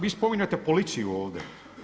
Vi spominjete policiju ovdje.